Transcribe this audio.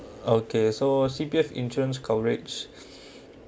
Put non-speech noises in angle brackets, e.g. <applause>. okay so C_P_F insurance coverage <breath>